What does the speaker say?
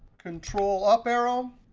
control up arrow.